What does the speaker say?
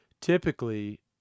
typically